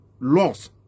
laws